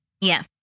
Yes